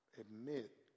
admit